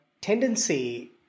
tendency